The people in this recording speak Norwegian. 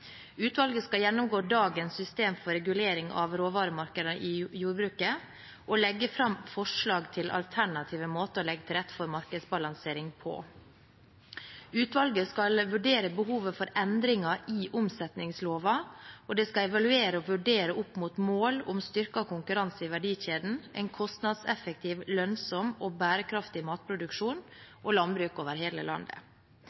Utvalget skal gjennomgå dagens system for regulering av råvaremarkedene i jordbruket og legge fram forslag til alternative måter å legge til rette for markedsbalansering på. Utvalget skal vurdere behovet for endringer i omsetningsloven, og det skal evaluere og vurdere opp mot mål om styrket konkurranse i verdikjeden, en kostnadseffektiv, lønnsom og bærekraftig matproduksjon og landbruk over hele landet.